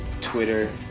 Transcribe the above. Twitter